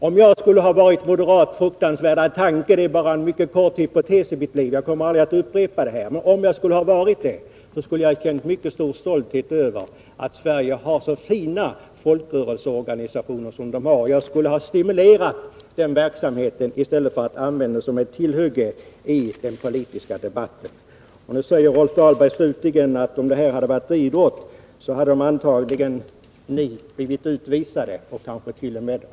Om jag skulle ha varit moderat — fruktansvärda tanke; det är bara en mycket kortvarig hypotes, och jag kommer aldrig att upprepa detta — så skulle jag ha känt mycket stor stolthet över att Sverige har så fina folkrörelseorganisationer. Jag skulle ha velat stimulera den verksamheten i stället för att använda den som ett tillhygge i den politiska debatten. Nu säger Rolf Dahlberg slutligen: Om detta hade varit idrott, hade ni antagligen blivit utvisade, kansket.o.m.